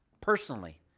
Personally